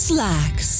Slacks